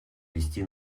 вести